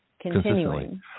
continuing